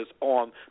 on